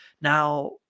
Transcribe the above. now